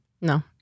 No